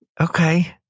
Okay